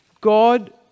God